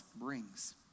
brings